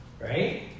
Right